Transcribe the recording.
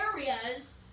areas